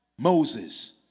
Moses